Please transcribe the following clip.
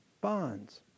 bonds